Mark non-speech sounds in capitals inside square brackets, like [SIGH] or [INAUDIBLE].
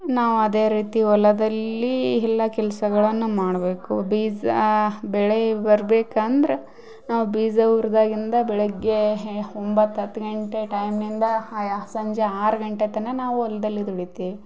ನಾವು ಅದೇ ರೀತಿ ಹೊಲದಲ್ಲಿ ಎಲ್ಲ ಕೆಲಸಗಳನ್ನ ಮಾಡಬೇಕು ಬೀಜ ಬೆಳೆ ಬರ್ಬೇಕಂದರ ನಾವು ಬೀಜ ಉರ್ದಾಗಿಂದ ಬೆಳಗ್ಗೆ ಒಂಬತ್ತು ಹತ್ತು ಗಂಟೆ ಟೈಮ್ನಿಂದ [UNINTELLIGIBLE] ಸಂಜೆ ಆರು ಗಂಟೆ ತನಕ ನಾವು ಹೊಲ್ದಲ್ಲಿ ದುಡಿತೀವಿ